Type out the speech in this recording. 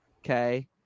Okay